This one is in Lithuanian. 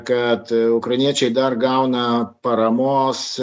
kad ukrainiečiai dar gauna paramos